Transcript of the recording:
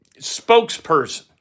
spokesperson